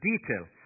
detail